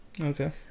Okay